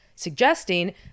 suggesting